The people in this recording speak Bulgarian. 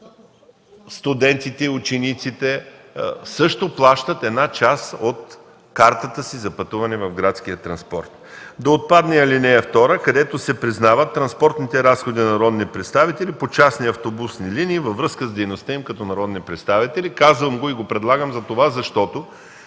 студенти също плащат част от картата си за пътуване в градския транспорт. Да отпадне ал. 2, където се признават транспортните разходи на народни представители по частни автобусни линии във връзка с дейността им като народни представители. Предлагам го, защото